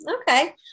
Okay